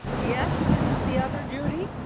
yes, this is the other judy.